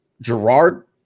Gerard